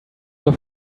zur